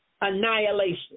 annihilation